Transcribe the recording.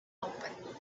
opened